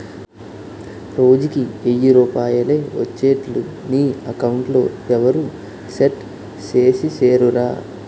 రోజుకి ఎయ్యి రూపాయలే ఒచ్చేట్లు నీ అకౌంట్లో ఎవరూ సెట్ సేసిసేరురా